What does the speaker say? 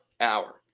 Hour